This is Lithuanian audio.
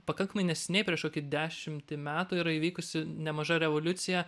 pakankamai neseniai prieš kokį dešimtį metų yra įvykusi nemaža revoliucija